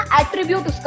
attribute